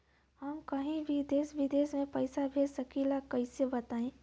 हम कहीं भी देश विदेश में पैसा भेज सकीला कईसे बताई?